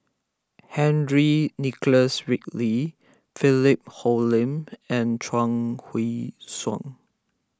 Henry Nicholas Ridley Philip Hoalim and Chuang Hui Tsuan